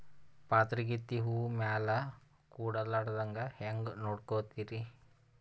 ಪಾತರಗಿತ್ತಿ ಹೂ ಮ್ಯಾಲ ಕೂಡಲಾರ್ದಂಗ ಹೇಂಗ ನೋಡಕೋತಿರಿ?